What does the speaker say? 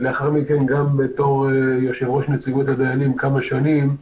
לאחר מכן, גם כיושב-ראש נציגות הדיינים כמה שנים,